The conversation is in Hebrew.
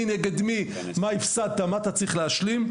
מי נגד מי מה הפסדת מה אתה צריך להשלים.